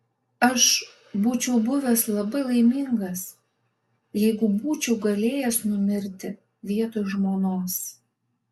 aš būčiau buvęs labai laimingas jeigu būčiau galėjęs numirti vietoj žmonos